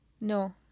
no